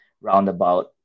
roundabout